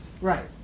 Right